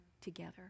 together